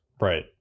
right